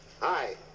Hi